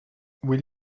will